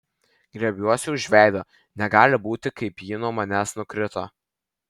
griebiuosi už veido negali būti kaip ji nuo manęs nukrito